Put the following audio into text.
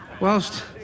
Whilst